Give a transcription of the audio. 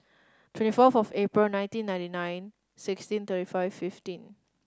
twenty fourth of April nineteen ninety nine sixteen thirty five fifteen